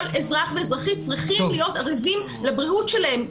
כל אזרח ואזרחית צריכים להיות ערבים לבריאות שלהם.